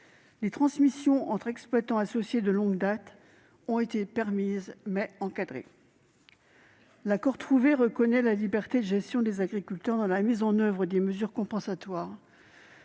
les transmissions entre exploitants associés de longue date ont été permises, mais encadrées. L'accord qui a été trouvé reconnaît la liberté de gestion des agriculteurs dans la mise en oeuvre des mesures compensatoires,